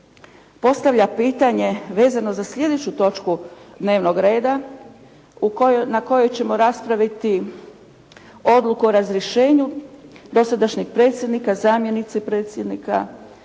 postavlja pitanje vezano za sljedeću točku dnevnog reda na kojoj ćemo raspraviti odluku o razrješenju dosadašnjeg predsjednika, zamjenice predsjednika,